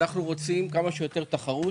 אנחנו רוצים כמה שיותר תחרות